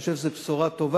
אני חושב שזאת בשורה טובה.